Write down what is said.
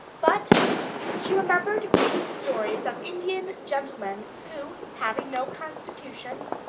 but she remembered reading stories of indian gentlemen who, having no constitutions,